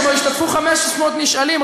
שבו השתתפו 500 נשאלים,